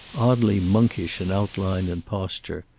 oddly monkish in outline and posture.